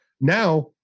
Now